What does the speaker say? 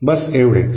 बस एवढेच